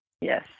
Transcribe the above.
yes